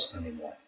anymore